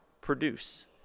produce